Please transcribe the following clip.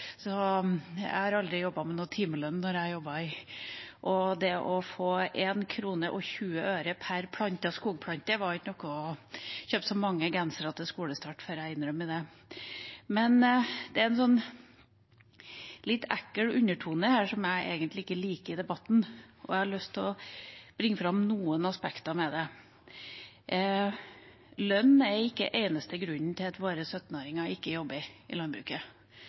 Så jeg jobbet aldri med timelønn. Det å få 1 krone og 20 øre per plantet skogplante var ikke noe å kjøpe seg mange gensere til skolestart for, jeg innrømmer det. Men det er en sånn litt ekkel undertone her i debatten som jeg egentlig liker, og jeg har lyst til å bringe fram noen aspekter ved det. Lønn er ikke eneste grunnen til at våre 17-åringer ikke jobber i landbruket.